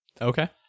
Okay